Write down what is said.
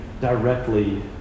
directly